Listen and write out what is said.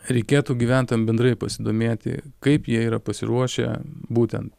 reikėtų gyventojam bendrai pasidomėti kaip jie yra pasiruošę būtent